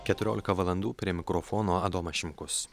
keturiolika valandų prie mikrofono adomas šimkus